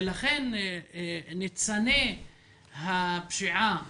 ניצני הפשיעה